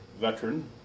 veteran